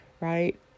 right